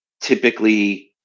typically